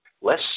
less